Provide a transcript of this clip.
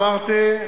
אמרתי: